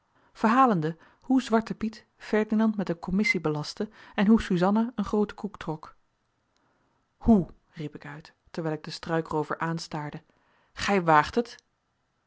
verhalende hoe zwarte piet ferdinand met een commissie belastte en hoe suzanna een grooten koek trok hoe riep ik uit terwijl ik den struikroover aanstaarde gij waagt het